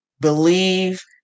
believe